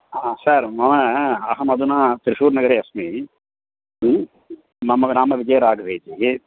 हा सर् मम अहम् अधुना त्रिशूर्नगरे अस्मि ह्म् मम नाम विजयराघरवः इति